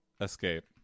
escape